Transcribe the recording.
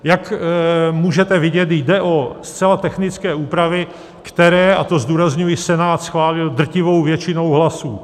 Jak můžete vidět, jde o zcela technické úpravy, které, a to zdůrazňuji, Senát schválil drtivou většinou hlasů.